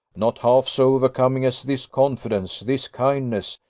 not half so overcoming as this confidence, this kindness,